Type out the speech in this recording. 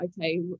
okay